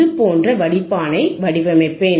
இது போன்ற வடிப்பானை வடிவமைப்பேன்